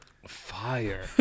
fire